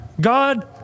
God